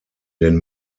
den